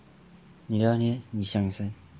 你的你你讲先